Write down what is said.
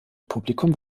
publikum